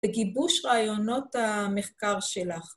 בגיבוש רעיונות המחקר שלך.